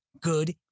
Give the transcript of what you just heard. good